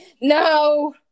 No